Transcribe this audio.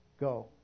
go